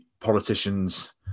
politicians